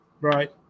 Right